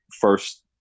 first